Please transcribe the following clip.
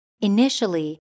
Initially